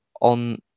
on